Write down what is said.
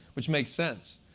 which makes sense.